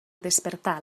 despertar